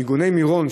ניגוני מירון,